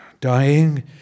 Dying